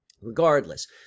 regardless